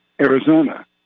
Arizona